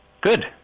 Good